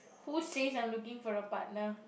who says I'm looking for a partner